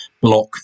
block